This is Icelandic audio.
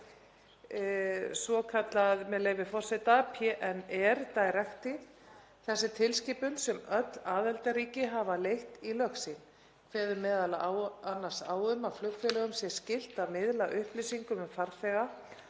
svokallað, með leyfi forseta, PNR Directive. Þessi tilskipun sem öll aðildarríki hafa leitt í lög sín kveður m.a. á um að flugfélögum sé skylt að miðla upplýsingum um farþega